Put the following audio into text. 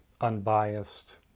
unbiased